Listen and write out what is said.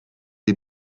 des